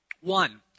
One